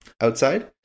outside